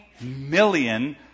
million